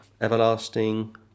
everlasting